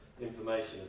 information